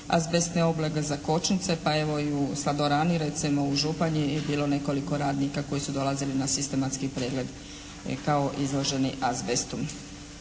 azbestne oblage za kočnice. Pa evo i u sladorani recimo u Županji je bilo nekoliko radnika koji su dolazili na sistematski pregled kao izloženi azbestu.